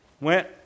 went